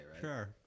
Sure